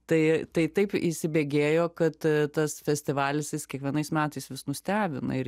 tai tai taip įsibėgėjo kad tas festivalis jis kiekvienais metais vis nustebina ir